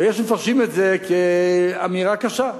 ויש מפרשים את זה כאמירה קשה,